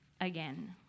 again